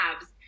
abs